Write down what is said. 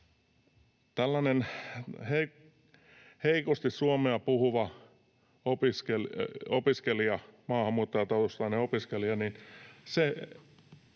Tällainen heikosti suomea puhuva opiskelija, maahanmuuttajataustainen opiskelija, saattaa